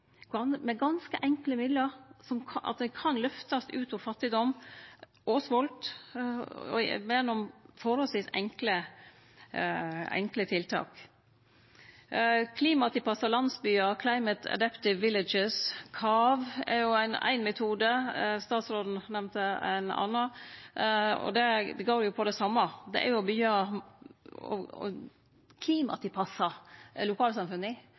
med ganske enkle midlar, at dei kan løftast ut av fattigdom og svolt gjennom nokre forholdsvis enkle tiltak. Klimatilpassa landsbyar – Climate Adapted Villages, CAV – er éin metode, statsråden nemnde ein annan. Det går jo på det same. Det er klimatilpassa lokalsamfunn, det å byggje berekraftig produksjon, og